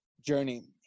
journey